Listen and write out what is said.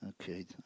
Okay